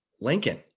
Lincoln